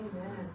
Amen